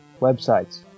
websites